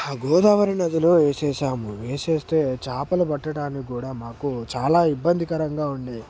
ఆ గోదావరి నదిలో వేసేసాము వేసేస్తే చాపలు పట్టడానికి కూడా మాకు చాలా ఇబ్బందికరంగా ఉండే